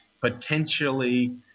potentially